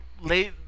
late